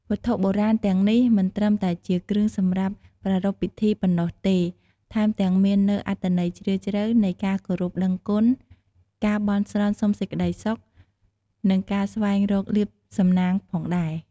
វត្ថុបូជាទាំងនេះមិនត្រឹមតែជាគ្រឿងសម្រាប់ប្រារព្ធពិធីប៉ុណ្ណោះទេ ថែមទាំងមាននូវអត្ថន័យជ្រាលជ្រៅនៃការគោរពដឹងគុណ ការបន់ស្រន់សុំសេចក្តីសុខ និងការស្វែងរកលាភសំណាងផងដែរ។